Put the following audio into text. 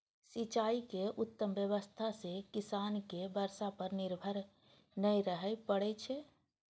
सिंचाइ के उत्तम व्यवस्था सं किसान कें बर्षा पर निर्भर नै रहय पड़ै छै